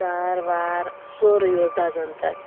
کار وار سورُے اوس دَزَان تَتھ